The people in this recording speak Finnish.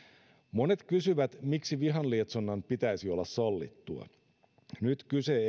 monet kysyvät miksi vihan lietsonnan pitäisi olla sallittua nyt kyse